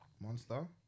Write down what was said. Monster